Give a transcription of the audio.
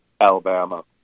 Alabama